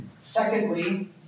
Secondly